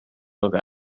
little